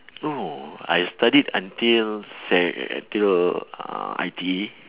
oh I studied until sec~ until uh I_T_E